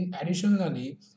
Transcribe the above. Additionally